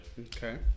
Okay